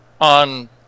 on